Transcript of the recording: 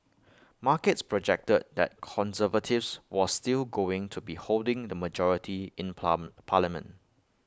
markets projected that conservatives was still going to be holding the majority in plum parliament